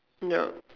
yup